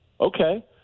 okay